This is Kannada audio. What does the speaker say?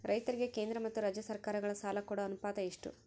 ರೈತರಿಗೆ ಕೇಂದ್ರ ಮತ್ತು ರಾಜ್ಯ ಸರಕಾರಗಳ ಸಾಲ ಕೊಡೋ ಅನುಪಾತ ಎಷ್ಟು?